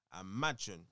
Imagine